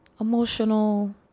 emotional